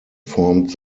formed